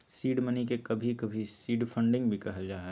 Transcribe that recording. seed money के कभी कभी सीड फंडिंग भी कहल जा हय